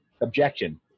objection